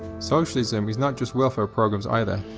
socialism is not just welfare programs either,